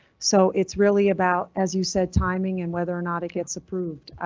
so it's really about, as you said, timing and whether or not it gets approved.